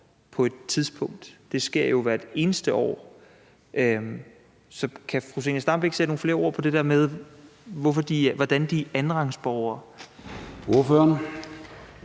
på et tidspunkt. Det sker jo hvert eneste år. Så kan fru Zenia Stampe ikke sætte nogle flere ord på det der med, hvordan de er andenrangsborgere?